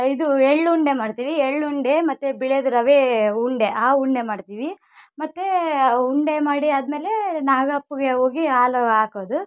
ಇದು ಎಳ್ಳುಂಡೆ ಮಾಡ್ತೀವಿ ಎಳ್ಳುಂಡೆ ಮತ್ತು ಬಿಳೆದು ರವೆ ಉಂಡೆ ಆ ಉಂಡೆ ಮಾಡ್ತೀವಿ ಮತ್ತು ಉಂಡೆ ಮಾಡಿ ಆದ ಮೇಲೆ ನಾಗಪ್ಪಗೆ ಹೋಗಿ ಹಾಲು ಹಾಕೋದು